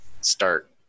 start